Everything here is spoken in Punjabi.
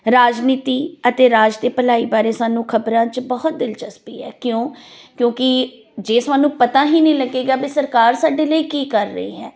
ਰਾਜਨੀਤੀ ਅਤੇ ਰਾਜ ਦੀ ਭਲਾਈ ਬਾਰੇ ਸਾਨੂੰ ਖ਼ਬਰਾਂ 'ਚ ਬਹੁਤ ਦਿਲਚਸਪੀ ਹੈ ਕਿਉਂ ਕਿਉਂਕੀ ਜੇ ਸਾਨੂੰ ਪਤਾ ਹੀ ਨਹੀਂ ਲੱਗੇਗਾ ਵੀ ਸਰਕਾਰ ਸਾਡੇ ਲਈ ਕੀ ਕਰ ਰਹੀ ਹੈ